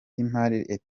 y’imari